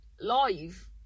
Live